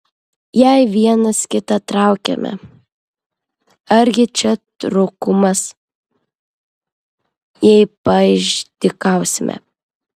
jei vienas kitą traukiame argi čia trūkumas jei paišdykausime